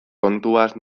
kontuaz